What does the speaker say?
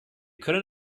können